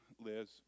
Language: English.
Liz